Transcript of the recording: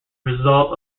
result